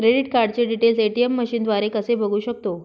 Credit कार्डचे details ATM मशीनद्वारे कसे बघू शकतो?